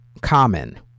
Common